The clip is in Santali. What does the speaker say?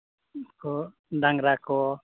ᱦᱳᱭ ᱰᱟᱝᱨᱟ ᱠᱚ